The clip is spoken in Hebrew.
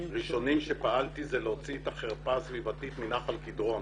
הראשונים שפעלתי היה להוציא את החרפה הסביבתית מנחל קדרון.